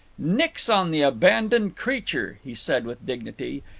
nix on the abandoned creature he said with dignity.